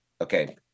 Okay